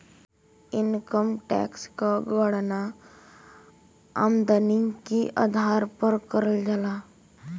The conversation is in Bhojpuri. इनकम टैक्स क गणना आमदनी के आधार पर करल जाला